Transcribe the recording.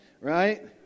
Right